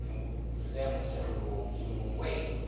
for them, we said we will we will wait,